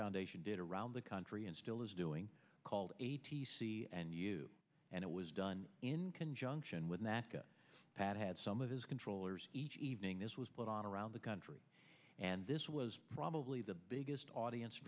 foundation did around the country and still is doing called a t c and you and it was done in conjunction with pat had some of his controllers evening this was put on around the country and this was probably the biggest audience